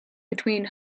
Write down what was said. between